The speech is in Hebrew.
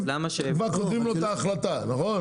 --- נותנים לו את ההחלטה נכון?